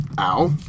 ow